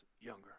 younger